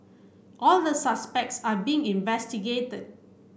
all the suspects are being investigated